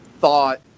thought